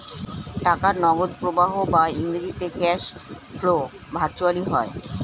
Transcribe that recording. টাকার নগদ প্রবাহ বা ইংরেজিতে ক্যাশ ফ্লো ভার্চুয়ালি হয়